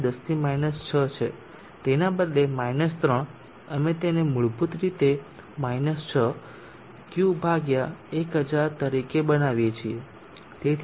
725 × 10 6 છે તેના બદલે 3 અમે તેને મૂળભૂત રીતે 6 Q 1000 તરીકે બનાવીએ છીએ